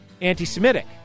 anti-Semitic